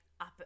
up